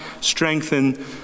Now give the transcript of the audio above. strengthen